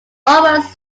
almost